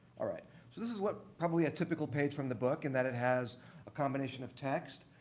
all right. so this is what probably a typical page from the book in that it has a combination of text,